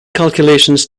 calculations